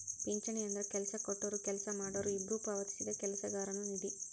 ಪಿಂಚಣಿ ಅಂದ್ರ ಕೆಲ್ಸ ಕೊಟ್ಟೊರು ಕೆಲ್ಸ ಮಾಡೋರು ಇಬ್ಬ್ರು ಪಾವತಿಸಿದ ಕೆಲಸಗಾರನ ನಿಧಿ